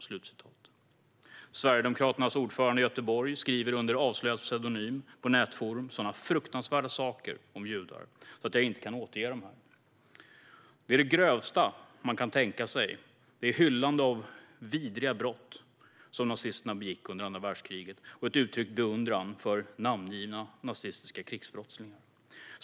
Sverigedemokraternas ordförande i Göteborg skriver under avslöjad pseudonym på nätforum sådana fruktansvärda saker om judar att jag inte kan återge dem här. Det är det grövsta man kan tänka sig. Det är hyllande av vidriga brott som nazisterna begick under andra världskriget och uttryckt beundran för namngivna nazistiska krigsbrottslingar.